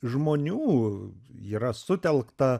žmonių yra sutelkta